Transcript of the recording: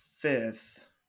Fifth